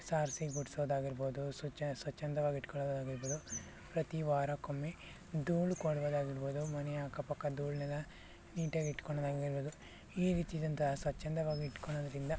ಸಾರಿಸಿ ಗುಡಿಸೋದಾಗಿರ್ಬೋದು ಸ್ವಚ್ಛ ಸ್ವಚ್ಛಂದವಾಗಿಟ್ಕೊಳ್ಳೋದಾಗಿರ್ಬೋದು ಪ್ರತಿ ವಾರಕ್ಕೊಮ್ಮೆ ಧೂಳು ಕೊಡೋದಾಗಿರ್ಬೋದು ಮನೆಯ ಅಕ್ಕಪಕ್ಕ ಧೂಳನ್ನೆಲ್ಲ ನೀಟಾಗಿ ಇಟ್ಕೊಳ್ಳೋದಾಗಿರ್ಬೋದು ಈ ರೀತಿಯಂಥ ಸ್ವಚ್ಛಂದವಾಗಿಟ್ಕೊಳ್ಳೋದ್ರಿಂದ